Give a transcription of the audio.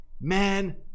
man